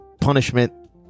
punishment